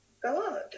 God